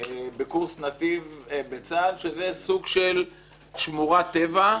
בקורס נתיב בצה"ל, שזה סוג של שמורת טבע.